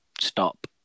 stop